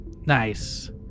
Nice